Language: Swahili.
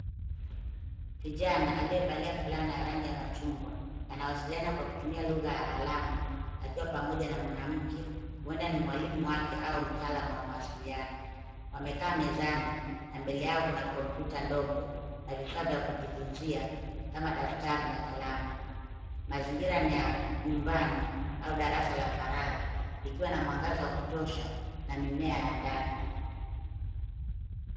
Kijana aliyevalia fulana ya rangi ya machungwa, anawasiliana kwa kutumia lugha ya alama, akiwa pamoja na mwanamke, huenda ni mwalimu wake, au mtaalamu wa mawasiliano. Wamekaa mezani, na mbele yao kuna kompyuta ndogo na vifaa vya kujifunzia, kama, daftari na kalamu. Mazingira ni ya nyumbani au darasa la faraga, likiwa na mwangaza wa kutosha na mimea ya ndani.